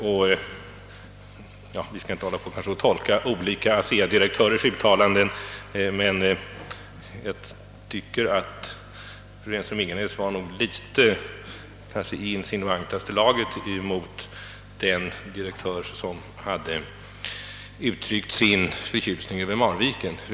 Vi skall kanske inte syssla med att tolka olika Asea-direktörers uttalanden. Men jag tycker att fru Renström-Ingenäs var litet väl insinuant mot den direktör som hade uttryckt sin förtjusning över marvikenprojektet.